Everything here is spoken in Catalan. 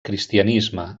cristianisme